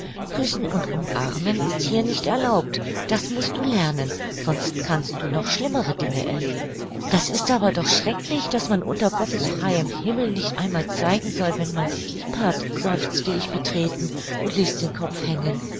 küssen und umarmen ist hier nicht erlaubt das mußt du lernen sonst kannst du noch schlimmere dinge erleben das ist doch aber schrecklich daß man unter gottes freiem himmel nicht einmal zeigen soll wenn man sich lieb hat seufzte ich betreten und ließ den kopf hängen